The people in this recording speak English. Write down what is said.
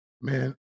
Man